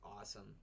awesome